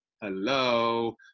Hello